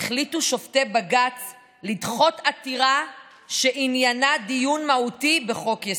החליטו שופטי בג"ץ לדחות עתירה שעניינה דיון מהותי בחוק-יסוד.